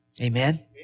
Amen